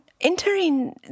entering